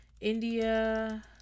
India